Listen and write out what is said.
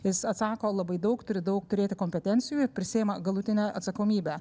jis atsako labai daug turi daug turėti kompetencijų prisiima galutinę atsakomybę